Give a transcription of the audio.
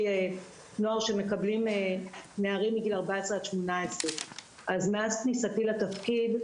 נוער שמקבלים נערים מגיל 14 עד 18. מאז כניסתי לתפקיד,